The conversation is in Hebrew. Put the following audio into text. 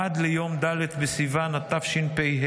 עד ליום ד' בסיוון התשפ"ה,